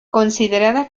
considerada